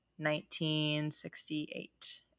1968